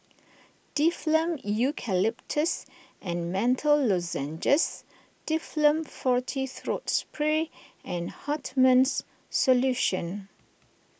Difflam Eucalyptus and Menthol Lozenges Difflam Forte Throat Spray and Hartman's Solution